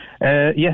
Yes